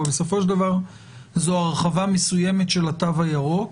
אבל בסופו של דבר זו הרחבה מסוימת של התו הירוק